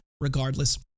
regardless